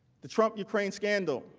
the trump ukraine scandal